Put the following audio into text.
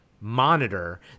monitor